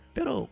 Pero